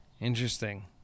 interesting